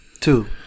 Two